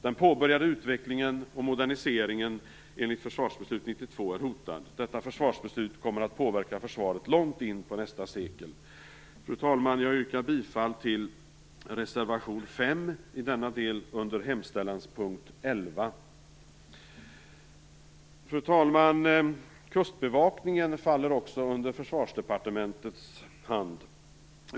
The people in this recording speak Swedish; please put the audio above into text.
Den påbörjade utvecklingen och moderniseringen enligt Försvarsbeslut 92 är hotad. Detta försvarsbeslut kommer att påverka försvaret långt in i nästa sekel. Jag yrkar bifall till reservation 5 i denna del under hemställanspunkt 11. Fru talman! Kustbevakningen ligger också under Försvarsdepartementet.